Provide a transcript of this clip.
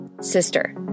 Sister